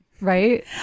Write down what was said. Right